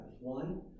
One